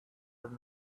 than